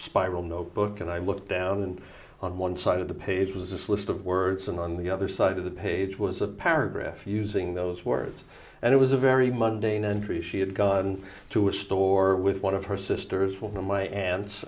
spiral notebook and i looked down and on one side of the page was this list of words and on the other side of the page was a paragraph using those words and it was a very monday night and tree she had gone to a store with one of her sisters one of my